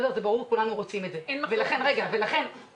לכן הרצון שלנו,